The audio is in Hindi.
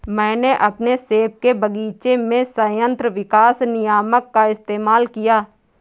मैंने अपने सेब के बगीचे में संयंत्र विकास नियामक का इस्तेमाल किया है